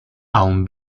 aún